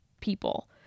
people